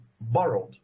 borrowed